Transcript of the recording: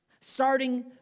starting